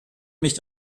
mich